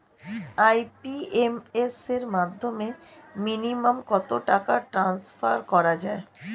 IMPS এর মাধ্যমে minimum কত টাকা ট্রান্সফার করা যায়?